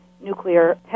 nuclear